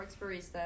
barista